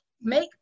make